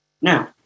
Now